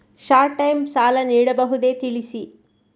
Short time ಸಾಲ ನೀಡಬಹುದೇ ತಿಳಿಸಿ?